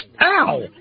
Ow